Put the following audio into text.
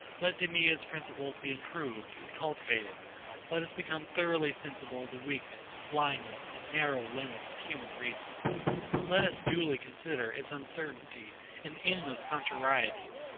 let demea's principles be improved and cultivated let us become thoroughly sensible of the weakness, blindness, and narrow limits of human reason let us duly consider its uncertainty and endless contrarieties,